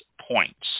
points